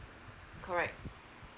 correct